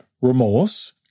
remorse